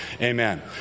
amen